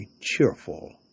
cheerful